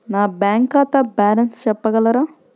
నా బ్యాంక్ ఖాతా బ్యాలెన్స్ చెప్పగలరా?